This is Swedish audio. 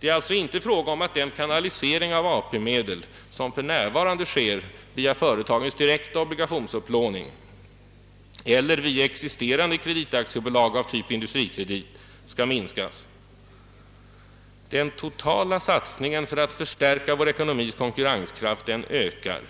Det är alltså inte fråga om att den kanalisering av AP medel som för närvarande sker via företagens direkta obligationsupplåning eller via existerande kreditaktiebolag av typen Industrikredit skall minska. Den totala satsningen för att förstärka vår ekonomis konkurrenskraft ökar.